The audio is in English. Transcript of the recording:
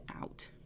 out